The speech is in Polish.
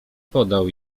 podał